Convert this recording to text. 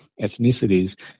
ethnicities